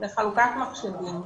לחלוקת מחשבים.